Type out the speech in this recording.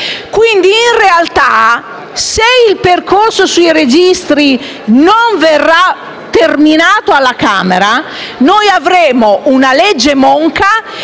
quindi, se il percorso sui registri non verrà terminato alla Camera, noi avremo una legge monca